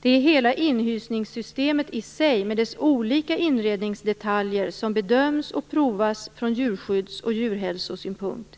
Det är hela inhysningssystemet i sig med dess olika inredningsdetaljer som bedöms och provas från djurskydds och djurhälsosynpunkt.